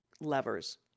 levers